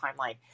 timeline